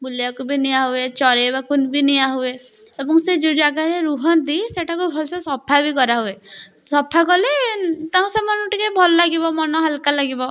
ବୁଲେଇବାକୁ ବି ନିଆ ହୁଏ ଚରେଇବାକୁ ବି ନିଆ ହୁଏ ଏବଂ ସେ ଯେଉଁ ଜାଗାରେ ରୁହନ୍ତି ସେଠାକୁ ଭଲସେ ସଫା ବି କରାହୁଏ ସଫା କଲେ ତାଙ୍କୁ ସେମାନଙ୍କୁ ଟିକେ ଭଲ ଲାଗିବ ମନ ହାଲ୍କା ଲାଗିବ